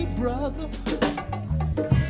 brother